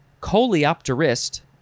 coleopterist